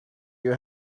you